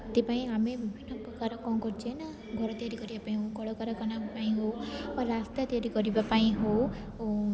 ସେଥିପାଇଁ ଆମେ ବିଭିନ୍ନ ପ୍ରକାର କଣ କରୁଛେ ନା ଘର ତିଆରି କରିବା ପାଇଁ ହେଉ କଳକାରଖାନା ପାଇଁ ହେଉ ବା ରାସ୍ତା ତିଆରି କରିବା ପାଇଁ ହେଉ